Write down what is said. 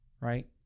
right